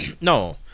No